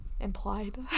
implied